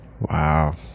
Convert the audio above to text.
Wow